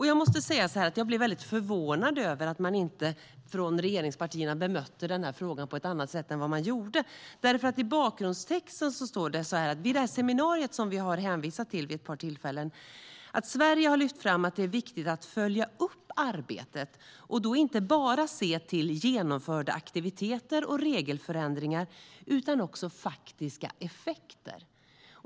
Jag måste säga att jag blev väldigt förvånad över att regeringspartierna inte bemötte den här frågan på ett annat sätt än de gjorde, för i bakgrundstexten står det att vid seminariet som vi har hänvisat till vid ett par tillfällen har Sverige lyft fram att det är viktigt att följa upp arbetet och då se inte bara till genomförda aktiviteter och regelförändringar utan också till faktiska effekter.